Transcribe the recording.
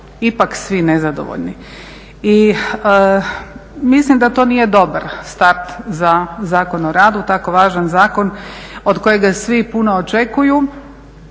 ipak svi nezadovoljni. I mislim da to nije dobar start za Zakon o radu, tako važan zakon od kojega svi puno očekuju,